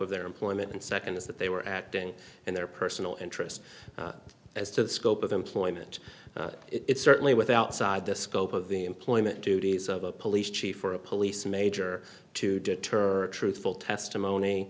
of their employment and second is that they were acting in their personal interest as to the scope of employment it certainly with outside the scope of the employment duties of a police chief or a police major to deter truthful